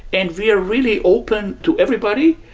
and we are really open to everybody.